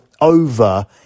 over